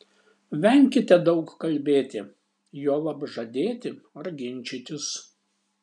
venkite daug kalbėti juolab žadėti ar ginčytis